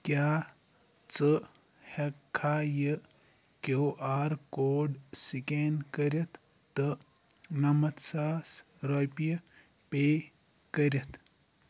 کیٛاہ ژٕ ہٮ۪ککھا یہِ کیو آر کوڈ سکین کٔرِتھ تہٕ نَمَتھ ساس رۄپیہِ پے کٔرِتھ